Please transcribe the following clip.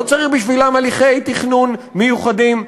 לא צריך בשבילן הליכי תכנון מיוחדים.